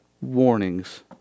warnings